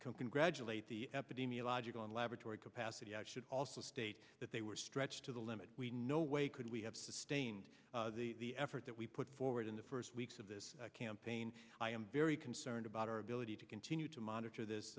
congratulate the epidemiologic on laboratory capacity i should also state that they were stretched to the limit we no way could we have sustained the effort that we put forward in the first weeks of this campaign i am very concerned about our ability to continue to monitor this